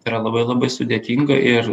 tai yra labai labai sudėtinga ir